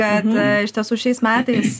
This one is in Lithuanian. kad iš tiesų šiais metais